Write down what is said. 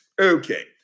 Okay